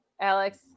Alex